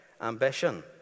ambition